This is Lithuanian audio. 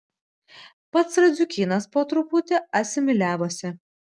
pats radziukynas po truputį asimiliavosi